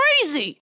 crazy